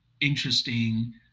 interesting